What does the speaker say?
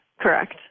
Correct